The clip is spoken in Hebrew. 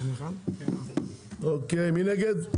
מי נגד?